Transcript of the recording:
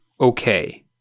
okay